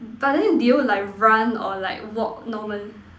mm but then did you like run or like walk normal